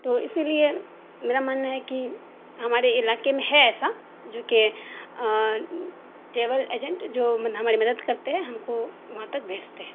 تو اسی لیے میرا ماننا ہے کہ ہمارے علاقے میں ہے ایسا جو کہ ٹریول ایجنٹ جو مدد ہماری مدد کرتے ہیں ہم کو وہاں تک بھیجتے ہیں